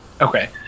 Okay